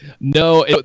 No